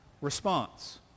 response